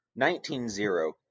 19-0